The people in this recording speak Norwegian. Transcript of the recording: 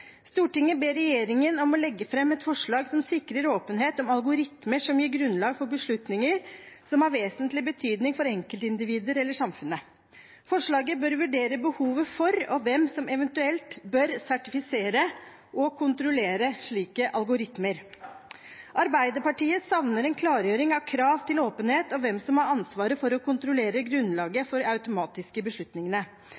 ber regjeringen om å legge frem et forslag som sikrer åpenhet om algoritmer som gir grunnlag for beslutninger som har vesentlig betydning for enkeltindivider eller samfunnet. Forslaget bør vurdere behovet for og hvem som eventuelt bør sertifisere og kontrollere slike algoritmer.» Arbeiderpartiet savner en klargjøring av krav til åpenhet og hvem som har ansvaret for å kontrollere grunnlaget